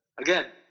again